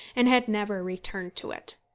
and had never returned to it.